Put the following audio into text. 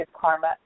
karma